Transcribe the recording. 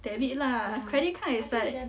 debit lah credit card it's like